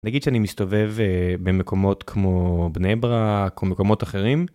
נגיד שאני מסתובב במקומות כמו בני ברק, או מקומות אחרים.